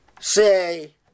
say